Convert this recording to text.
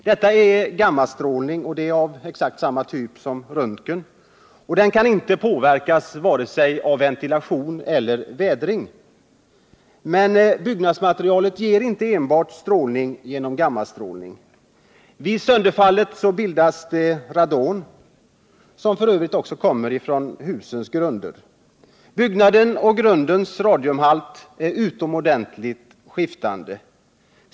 Detta är gammastrålning — som är av exakt samma typ som röntgen — och den påverkas inte av ventilation eller av vädring. Men byggnadsmaterialet ger inte enbart strålning genom gammastrålningen; vid sönderfallet bildas radon, som f. ö. också kommer från husgrunden. Byggnadens och grundens radiumhalt är utomordentligt skiftande.